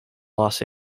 los